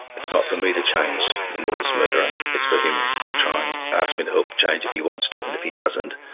it's not for me to change the moors murderer, it's for him to try and ask me to help change if he wants to. and if he doesn't,